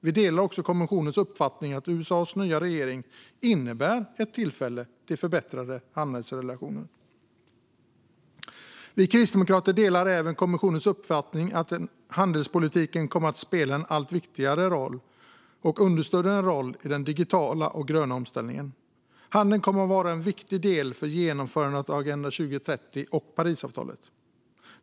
Vi delar också kommissionens uppfattning att USA:s nya regering innebär ett tillfälle till förbättrade handelsrelationer. Vi kristdemokrater delar även kommissionens uppfattning att handelspolitiken kommer att spela en allt viktigare och understödjande roll i den digitala och gröna omställningen. Handeln kommer att vara en viktig del för genomförandet av Agenda 2030 och Parisavtalet.